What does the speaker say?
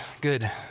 good